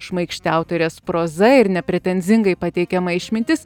šmaikšti autorės proza ir nepretenzingai pateikiama išmintis